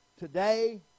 Today